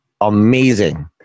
amazing